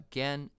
Again